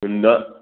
न